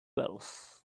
wales